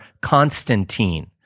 Constantine